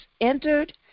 entered